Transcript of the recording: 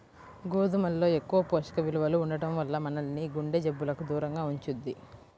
గోధుమల్లో ఎక్కువ పోషక విలువలు ఉండటం వల్ల మనల్ని గుండె జబ్బులకు దూరంగా ఉంచుద్ది